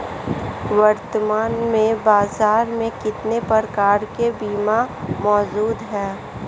वर्तमान में बाज़ार में कितने प्रकार के बीमा मौजूद हैं?